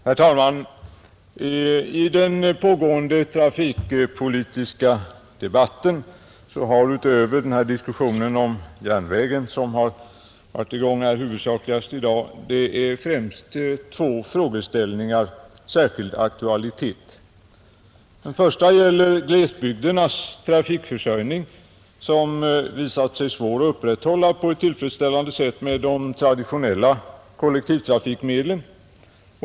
Herr talman! I den trafikpolitiska debatten är det — utöver diskussionen om järnvägarna som huvudsakligen har pågått i dag — främst två frågeställningar som har särskild aktualitet. Den första gäller glesbygdernas trafikförsörjning, som visat sig svår att upprätthålla på ett tillfredsställande sätt med traditionella kollektivtrafikmedel.